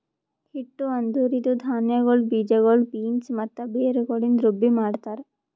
ಹಿಟ್ಟು ಅಂದುರ್ ಇದು ಧಾನ್ಯಗೊಳ್, ಬೀಜಗೊಳ್, ಬೀನ್ಸ್ ಮತ್ತ ಬೇರುಗೊಳಿಂದ್ ರುಬ್ಬಿ ಮಾಡ್ತಾರ್